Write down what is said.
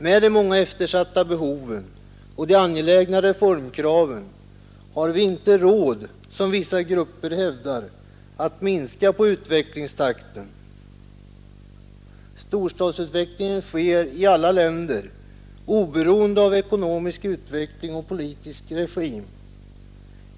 Med de många eftersatta behoven och de angelägna reformkraven har vi inte råd — som vissa grupper hävdar — att minska på utvecklingstakten. Storstadsutvecklingen sker i alla länder oberoende av ekonomisk utveckling och politisk regim.